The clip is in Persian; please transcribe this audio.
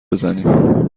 بزنیم